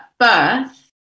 Birth